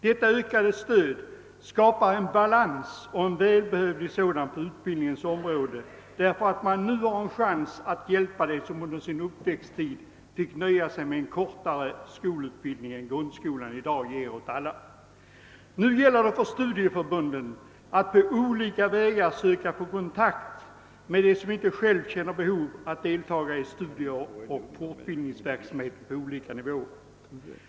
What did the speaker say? Detta ökade stöd skapar en balans och en välbehövlig sådan på utbildningens område, därför att man nu har en möjlighet att hjälpa dem som under sin uppväxttid fick nöja sig med kortare skolutbildning än den grundskolan i dag ger åt alla. Nu gäller det för studieförbunden att på olika vägar söka kontakt med dem som inte själva känner behov av att delta i studier och fortbildningsverksamhet på olika nivåer.